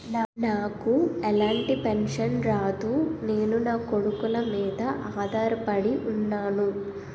నాకు ఎలాంటి పెన్షన్ రాదు నేను నాకొడుకుల మీద ఆధార్ పడి ఉన్నాను